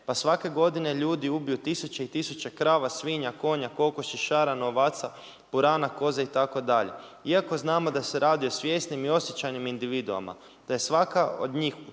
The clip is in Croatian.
pa svake godine ljudi ubiju tisuće i tisuće krava, svinja, konja, kokoši, šarana, ovaca, purana, koza itd. iako znamo da se radi o svjesnim i osjećajnim individuama, da je svaka od njih u